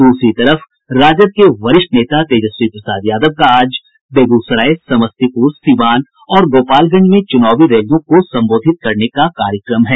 दूसरी तरफ राजद के वरिष्ठ नेता तेजस्वी प्रसाद यादव का आज बेगूसराय समस्तीपुर सीवान और गोपालगंज में चुनावी रैलियों को संबोधित करने का कार्यक्रम है